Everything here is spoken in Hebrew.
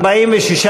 בממשלה לא נתקבלה.